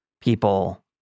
people